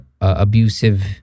abusive